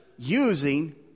Using